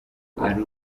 ari